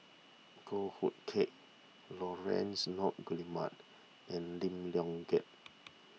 Goh Hood Keng Laurence Nunns Guillemard and Lim Leong Geok